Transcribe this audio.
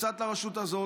קצת לרשות הזאת,